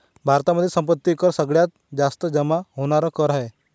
भारतामध्ये संपत्ती कर सगळ्यात जास्त जमा होणार कर आहे